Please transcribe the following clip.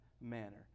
manner